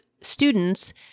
students